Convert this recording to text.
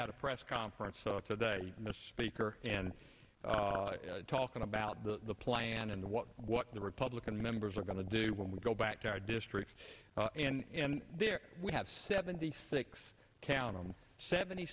a press conference today miss speaker and talking about the plan and what what the republican members are going to do when we go back to our districts and there we have seventy six count them seventy